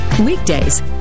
weekdays